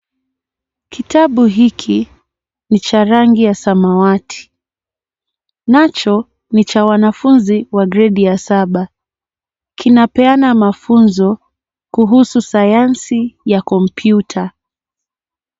Kitabu hiki ni cha rangi ya samawati. Nacho, ni cha wanafunzi wa gredi ya saba. Kinapeana mafunzo kuhusu sayansi ya komyuta.